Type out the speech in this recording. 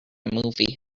movie